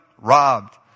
robbed